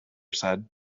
said